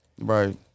Right